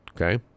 Okay